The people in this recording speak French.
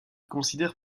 considère